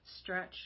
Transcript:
stretch